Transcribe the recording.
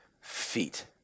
feet